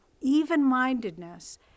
even-mindedness